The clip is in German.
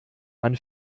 man